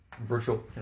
Virtual